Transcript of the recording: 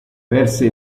perse